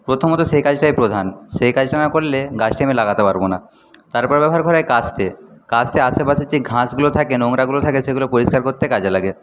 প্রথমত সেই কাজটাই প্রধান সেই কাজটা না করলে গাছটি আমি লাগাতে পারব না তারপর ব্যবহার করা হয় কাস্তে কাস্তে আশেপাশের যে ঘাসগুলো থাকে নোংরাগুলো থাকে সেগুলো পরিষ্কার করতে কাজে লাগে